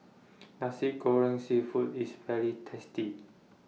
Nasi Goreng Seafood IS very tasty